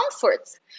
comforts